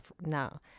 Now